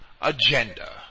agenda